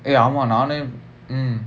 ஆமா நானே:aamaa naanae mm